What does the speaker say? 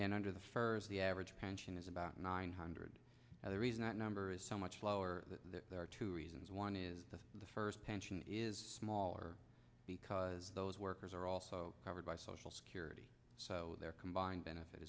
and under the first the average pension is about nine hundred and the reason that number is so much lower that there are two reasons one is that the first pension is smaller because those workers are also covered by social security so their combined benefit